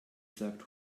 sagt